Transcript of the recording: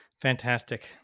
fantastic